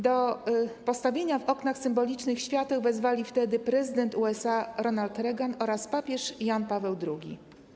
Do postawienia w oknach symbolicznych świateł wezwali wtedy prezydent USA Ronald Reagan oraz papież Jan Paweł II.